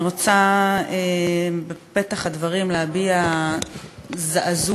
אני רוצה בפתח הדברים להביע זעזוע,